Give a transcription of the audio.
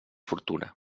fortuna